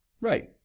Right